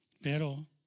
pero